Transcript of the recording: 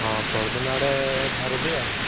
ହଁ ପହରଦିନ ଆଡ଼େ ବାହାରିବି ଆଉ